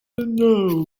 know